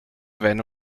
wenn